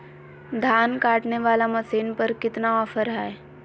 धान काटने वाला मसीन पर कितना ऑफर हाय?